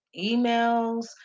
emails